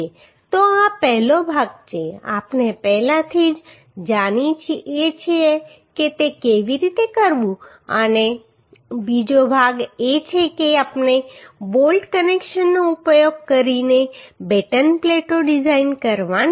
તો આ પહેલો ભાગ છે આપણે પહેલાથી જ જાણીએ છીએ કે તે કેવી રીતે કરવું અને બીજો ભાગ એ છે કે આપણે બોલ્ટ કનેક્શનનો ઉપયોગ કરીને બેટન પ્લેટો ડિઝાઇન કરવાની છે